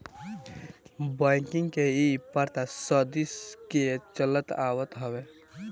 banking के इ प्रथा सदी के चलत आवत हवे